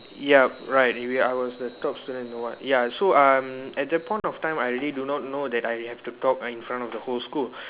ya right we are I was the top student in the one ya so um at that point of time I really do not know that I have to talk in front of the whole school